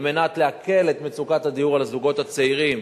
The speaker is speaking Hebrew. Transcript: על מנת להקל את מצוקת הדיור לזוגות הצעירים,